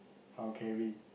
I'll carry